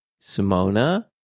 Simona